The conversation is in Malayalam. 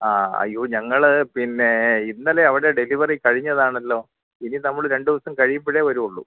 ആ അയ്യോ ഞങ്ങൾ പിന്നേ ഇന്നലെ അവിടെ ഡെലിവറി കഴിഞ്ഞതാണല്ലോ ഇനി നമ്മൾ രണ്ട് ദിവസം കഴിയിമ്പോഴേ വരുള്ളൂ